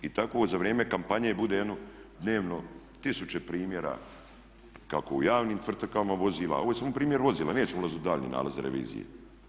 I tako za vrijeme kampanje bude jedno dnevno tisuće primjera kako u javnim tvrtkama vozila, ovo je samo primjer vozila, nećemo ulaziti u daljnje nalaze revizije.